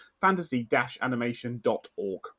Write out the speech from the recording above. fantasy-animation.org